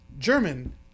German